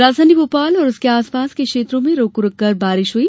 राजधानी भोपाल और उसके आसपास के क्षेत्रों में रूक रूक कर बारिश हुई